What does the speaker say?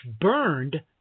burned